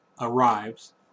arrives